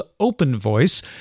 OpenVoice